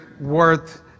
worth